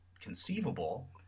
conceivable